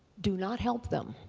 do not help them